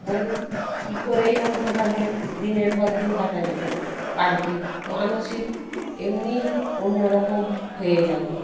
বলুন কি করে এইরকমভাবে দিনের পর দিন কাটা যাবে কাটবে মানসিক এমনিই অন্যরকম হয়ে যাবে